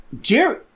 Jerry